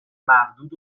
مردود